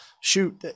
shoot